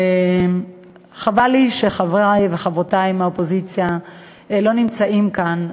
חבל לי שחברי וחברותי מהאופוזיציה לא נמצאים כאן,